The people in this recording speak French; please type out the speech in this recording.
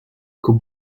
qu’aux